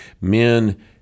men